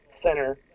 center